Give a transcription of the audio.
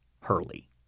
Hurley